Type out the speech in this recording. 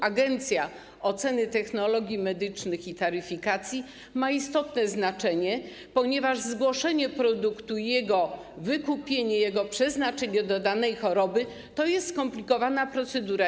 Agencja Oceny Technologii Medycznych i Taryfikacji ma istotne znaczenie, ponieważ zgłoszenie produktu, jego wykupienie, jego przeznaczenie do danej choroby to jest skomplikowana procedura.